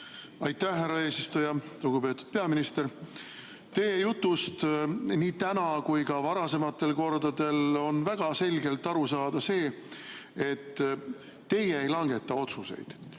Aitäh, härra eesistuja! Lugupeetud peaminister! Teie jutust nii täna kui ka varasematel kordadel on väga selgelt aru saada, et teie ei langeta otsuseid.